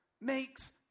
makes